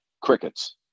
crickets